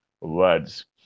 words